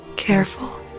Careful